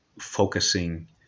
focusing